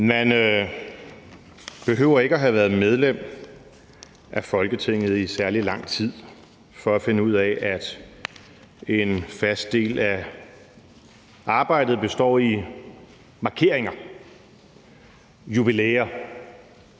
Man behøver ikke at have været medlem af Folketinget i særlig lang tid for at finde ud af, at en fast del af arbejdet består i markeringer og jubilæer